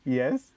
yes